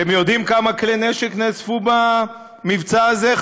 אתם יודעים כמה כלי נשק נאספו במבצע הזה,